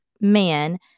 man